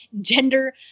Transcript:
gender